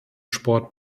sport